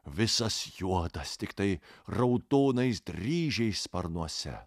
visas juodas tiktai raudonais dryžiais sparnuose